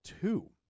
two